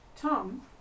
Tom